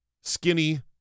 Skinny